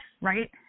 right